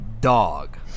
Dog